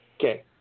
Okay